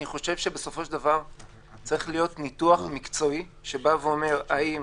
בסופו של דבר צריך להיות ניתוח מקצועי האומר האם